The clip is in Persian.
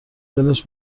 دلش